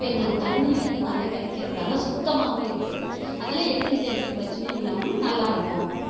இப்போது எங்களுக்கு தண்ணீர் வந்து நல்லா கிடைக்கறதால சுத்தமாகவும் இருக்குது அதில் எங்களுக்கு எந்த பிரச்சினையும் இல்லாமல் நல்லா இருக்கோம்